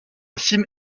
cime